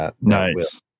Nice